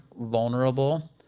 vulnerable